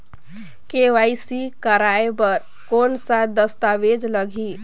KYC कराय बर कौन का दस्तावेज लगही?